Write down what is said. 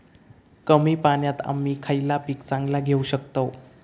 कमी पाण्यात आम्ही खयला पीक चांगला घेव शकताव?